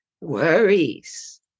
worries